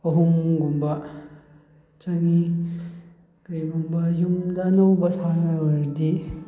ꯑꯍꯨꯝꯒꯨꯝꯕ ꯆꯪꯉꯤ ꯀꯔꯤꯒꯨꯝꯕ ꯌꯨꯝꯗ ꯑꯅꯧꯕ ꯁꯥꯕ ꯑꯣꯏꯔꯗꯤ